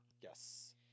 Yes